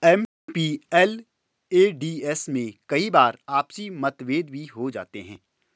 MPLADS में कई बार आपसी मतभेद भी हो जाते हैं